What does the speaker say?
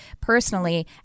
personally